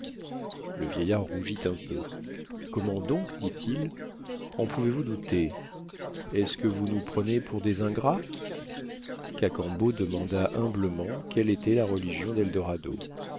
le vieillard rougit un peu comment donc dit-il en pouvez-vous douter est-ce que vous nous prenez pour des ingrats cacambo demanda humblement quelle était la religion